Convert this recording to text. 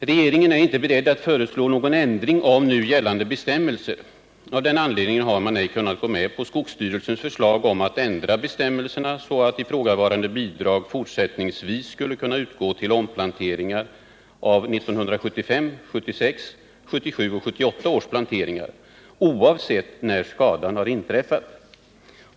Regeringen är inte beredd att föreslå någon ändring av nu gällande bestämmelser. Av den anledningen har man ej kunnat gå med på skogsstyrelsens förslag om att ändra bestämmelserna, så att ifrågavarande bidrag fortsättningsvis skulle kunna utgå till omplanteringar av 1975, 1976, 1977 och 1978 års planteringar, oavsett när skadan har inträffat.